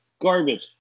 garbage